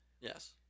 Yes